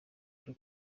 cyo